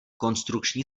konstrukční